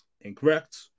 incorrect